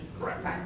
Correct